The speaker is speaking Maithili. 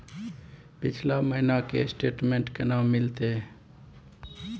पिछला महीना के स्टेटमेंट केना मिलते?